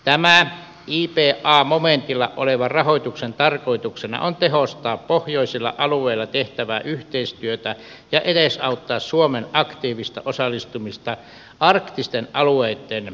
tämän iba momentilla olevan rahoituksen tarkoituksena on tehostaa pohjoisilla alueilla tehtävää yhteistyötä ja edesauttaa suomen aktiivista osallistumista arktisten alueitten yhteistyöhankkeisiin